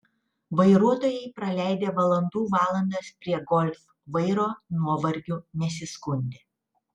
vairuotojai praleidę valandų valandas prie golf vairo nuovargiu nesiskundė